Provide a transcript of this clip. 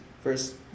first